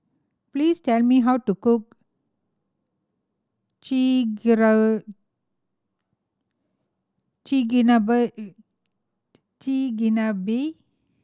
please tell me how to cook Chigenabe